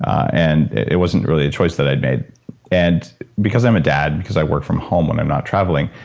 and it wasn't really a choice that i'd made and because i'm a dad, because i work from home when i'm not traveling,